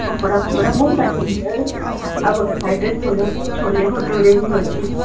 ପକୋଡ଼ା ଫକୋଡ଼ା ବହୁତ ଆଇଟମ୍ରେ ଆଉ ଗୋଟେ ସାଇଟ୍ରେ ଛୋଲେ ଛୋଲେ ଭଟୁରେ ବି ଅଛି